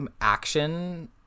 action